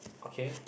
okay